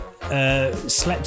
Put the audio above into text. Slept